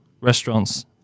restaurants